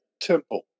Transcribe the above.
temple